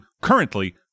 currently